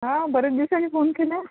हा बरेच दिवसांनी फोन केलं